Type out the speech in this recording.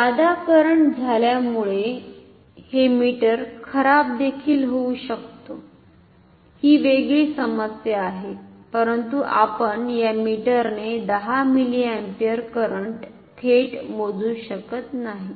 जादा करंट झाल्यामुळे हे मीटर खराब देखिल होऊ शकतो ही वेगळी समस्या आहे परंतु आपण या मीटरने 10 मिलिअम्पियर करंट थेट मोजू शकत नाही